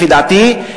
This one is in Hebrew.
לפי דעתי,